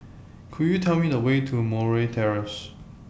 Could YOU Tell Me The Way to Murray Terrace